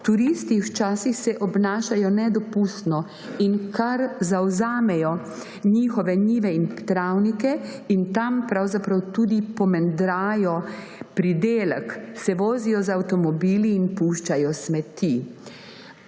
turisti včasih obnašajo nedopustno in kar zavzamejo njihove njive in travnike in tam pravzaprav tudi pomendrajo pridelek, se vozijo z avtomobili in puščajo smeti.